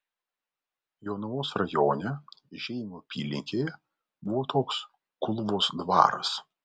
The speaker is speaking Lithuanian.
jonavos rajone žeimio apylinkėje buvo toks kulvos dvaras